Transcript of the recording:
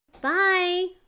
Bye